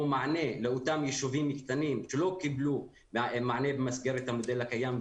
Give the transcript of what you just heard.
מענה לאותם יישובים קטנים שלא קיבלו מענה במסגרת המודל הקיים,